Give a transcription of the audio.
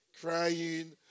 crying